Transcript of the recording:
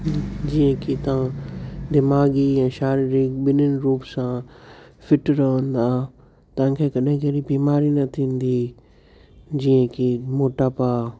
जीअं की तव्हां दिमाग़ी ऐं शारीरिक ॿिन्हिनि रूप सां फिट रहंदा तव्हांखे कॾहिं कहिड़ी बीमारी न थींदी जीअं की मोटापा